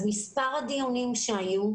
מספר הדיונים שהיו,